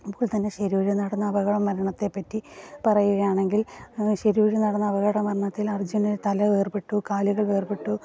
ഇപ്പോൾത്തന്നെ ശിരൂരിൽ നടന്ന അപകടമരണത്തെപ്പറ്റി പറയുകയാണെങ്കിൽ ശിരൂരിൽ നടന്ന അപകടമരണത്തിൽ അർജുൻ്റെ തല വേർപെട്ടു കാലുകൾ വേർപെട്ടു